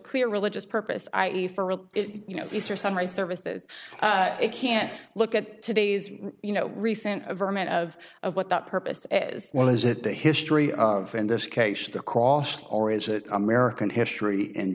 clear religious purpose i e for real you know easter sunrise service it can look at today's you know recent overman of of what that purpose is well is it the history of in this case the cross or is it american history in